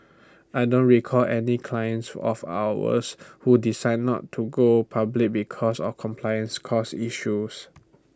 I don't recall any clients of ours who decided not to go public because of compliance costs issues